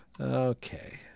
Okay